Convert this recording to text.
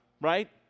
right